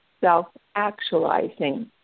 self-actualizing